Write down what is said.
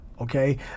okay